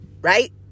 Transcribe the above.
right